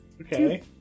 Okay